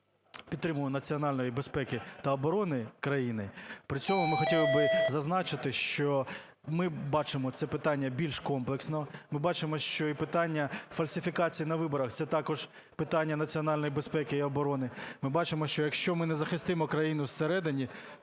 підтримку національної безпеки та оброни країни. При цьому ми хотіли би зазначити, що ми бачимо це питання більш комплексно, ми бачимо, що і питання фальсифікацій на виборах – це також питання національної безпеки і оброни. Ми бачимо, що якщо не захистимо країну зсередини,